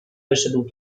wyszedł